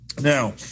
Now